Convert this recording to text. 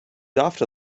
after